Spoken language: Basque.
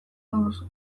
baduzu